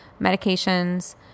medications